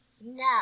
no